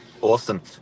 Awesome